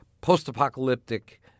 post-apocalyptic